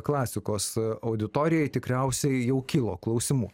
klasikos auditorijai tikriausiai jau kilo klausimų